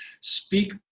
speak